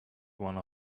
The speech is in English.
one